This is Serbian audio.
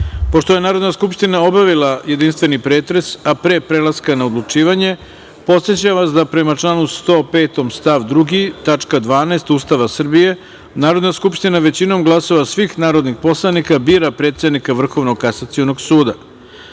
SUDA.Pošto je Narodna skupština obavila jedinstveni pretres, a pre prelaska na odlučivanje, podsećam vas da, prema članu 105. stav 2. tačka 12) Ustava Srbije, Narodna skupština većinom glasova svih narodnih poslanika, bira predsednika Vrhovnog kasacionog